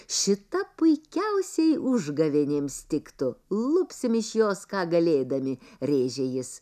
šita puikiausiai užgavėnėms tiktų lupsim iš jos ką galėdami rėžė jis